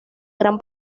gran